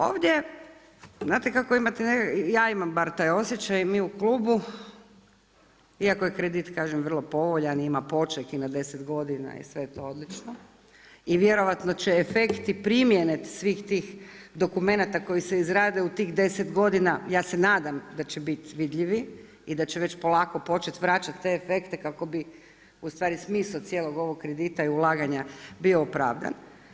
Ovdje znate kako imate, ja imam bar taj osjećaj, mi u klubu iako je kredit kažem vrlo povoljan i ima poček i na deset godina i sve je to odlično i vjerojatno će efekti primjene svih tih dokumenata koji se izrade u tih deset godina, ja se nadam da će biti vidljivi i da će već polako početi vraćati te efekte kako bi ustvari smisao cijelog ovog kredita i ulaganja bio opravdan.